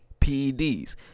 PEDs